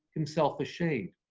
himself a shade